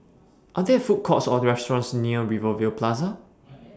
Are There Food Courts Or restaurants near Rivervale Plaza